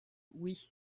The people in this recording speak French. oui